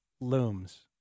looms